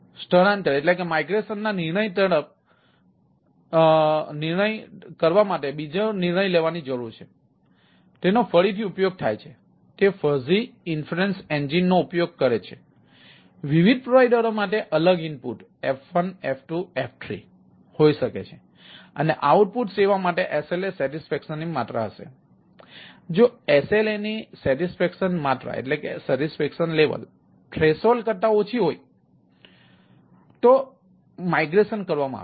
સ્થળાંતર કરતાં ઓછી હોય તો સ્થળાંતર કરવામાં આવે છે